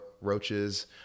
roaches